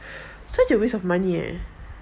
such a waste of money eh